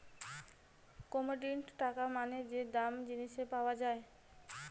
commodity টাকা মানে যে দাম জিনিসের পাওয়া যায়